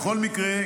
בכל מקרה,